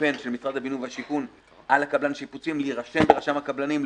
קמפיין של משרד הבינוי והשיכון על קבלן השיפוצים להירשם ברשם הקבלנים,